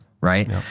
right